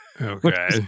Okay